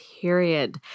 period